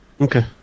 Okay